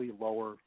lower